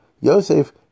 Yosef